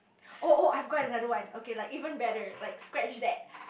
oh oh I've got another one okay like even better like scratch that